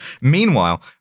Meanwhile